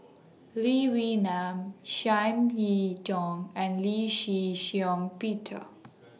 Lee Wee Nam Chiam Ying Tong and Lee Shih Shiong Peter